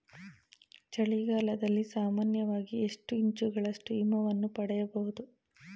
ಚಳಿಗಾಲದಲ್ಲಿ ಸಾಮಾನ್ಯವಾಗಿ ಎಷ್ಟು ಇಂಚುಗಳಷ್ಟು ಹಿಮವನ್ನು ಪಡೆಯಬಹುದು?